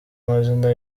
amazina